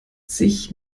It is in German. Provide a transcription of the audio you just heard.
sich